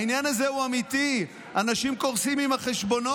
העניין הזה הוא אמיתי, אנשים קורסים עם החשבונות.